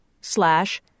slash